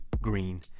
green